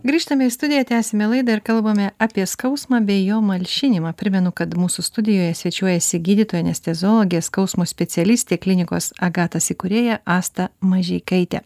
grįžtame į studiją tęsiame laidą ir kalbame apie skausmą bei jo malšinimą primenu kad mūsų studijoje svečiuojasi gydytoja anesteziologė skausmo specialistė klinikos agatas įkūrėja asta mažeikaitė